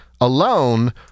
alone